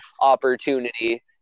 opportunity